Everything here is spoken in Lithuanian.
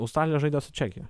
australija žaidė su čekija